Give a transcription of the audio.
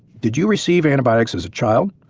did you receive antibiotics as a child,